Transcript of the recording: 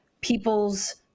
people's